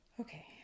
okay